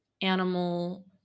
animal